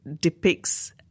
depicts